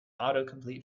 autocomplete